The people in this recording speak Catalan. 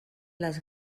les